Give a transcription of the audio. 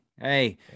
Hey